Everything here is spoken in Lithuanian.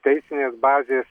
teisinės bazės